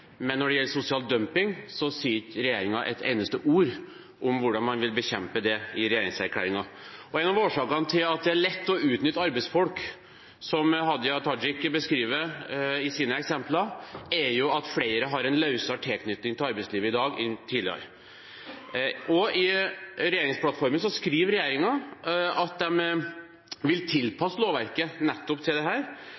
men når det gjelder sosial dumping, sier ikke regjeringen et eneste ord i regjeringserklæringen om hvordan man vil bekjempe det. En av årsakene til at det er lett å utnytte arbeidsfolk, slik Hadia Tajik beskriver det i sine eksempler, er at flere har en løsere tilknytning til arbeidslivet i dag enn tidligere. I regjeringsplattformen skriver regjeringen at den vil